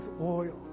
oil